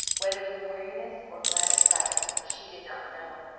whether from weariness or glad excitement she did not know.